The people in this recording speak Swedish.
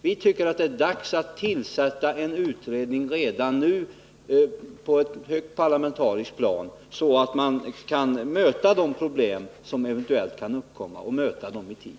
Vi tycker att det är dags att tillsätta en utredning redan nu på ett högt parlamentariskt plan, så att man kan möta de problem som eventuellt kan uppstå och möta dem i tid.